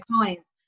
clients